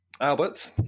Albert